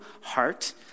heart